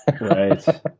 right